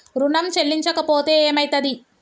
ఋణం చెల్లించకపోతే ఏమయితది?